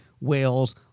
whales